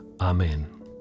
Amen